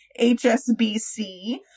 HSBC